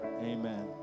amen